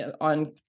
on